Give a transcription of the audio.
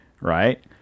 Right